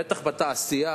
בטח בתעשייה,